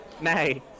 Nay